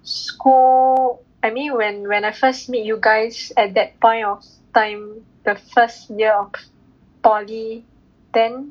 school I mean when when I first meet you guys at that point of time the first year of poly then